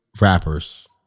rappers